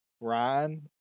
Ryan